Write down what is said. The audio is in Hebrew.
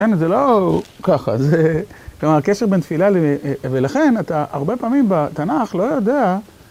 ‫כן, זה לא ככה, זה... ‫כלומר, הקשר בין תפילה ולכן, ‫אתה הרבה פעמים בתנ״ך לא יודע...